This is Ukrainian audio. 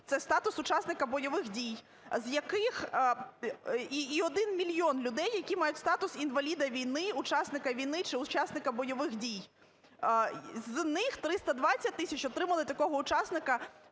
це статус учасника бойових дій, з яких… І 1 мільйон людей, які мають статус інваліда війни, учасника війни чи учасника бойових дій. З них 320 тисяч отримали такого учасника